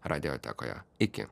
radiotekoje iki